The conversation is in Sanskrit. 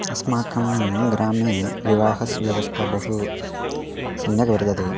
अस्माकं ग्रामे विवाहस्य व्यवस्था बहु सम्यक् वर्तते